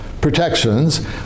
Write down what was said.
protections